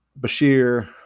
Bashir